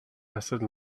lasted